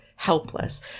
Helpless